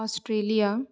Australia